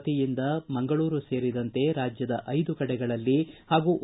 ವತಿಯಿಂದ ಮಂಗಳೂರು ಸೇರಿದಂತೆ ರಾಜ್ಯದ ಐದು ಕಡೆಗಳಲ್ಲಿ ಹಾಗೂ ಒ